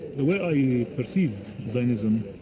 the way i perceive zionism